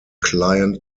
client